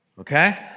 Okay